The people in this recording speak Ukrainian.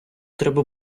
треба